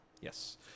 yes